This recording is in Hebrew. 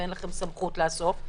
ואין לכם סמכות לאסוף.